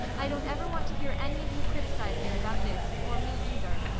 i don't ever want to hear any of you criticize him about this, or me, either.